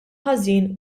ħażin